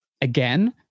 again